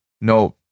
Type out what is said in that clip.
No